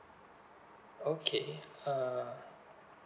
okay uh